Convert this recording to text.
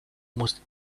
most